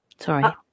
Sorry